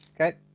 Okay